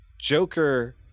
Joker